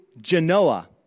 Genoa